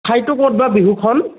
ঠাইটো ক'ত বা বিহুখন